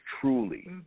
truly